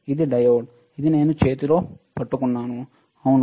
ఇది డయోడ్ ఇది నేను చేతిలో పట్టుకున్నాను అవును